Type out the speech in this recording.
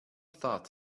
thought